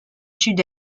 sud